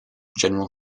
general